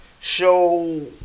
show